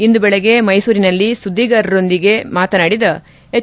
ಇಂದು ಬೆಳಗ್ಗೆ ಮೈಸೂರಿನಲ್ಲಿ ಸುಧ್ರಿಗಾರರೊಂದಿಗೆ ಮಾತನಾಡಿದ ಎಚ್